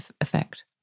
effect